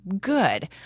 good